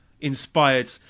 inspired